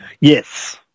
Yes